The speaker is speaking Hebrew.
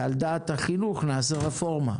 ועל דעת החינוך נעשה רפורמה.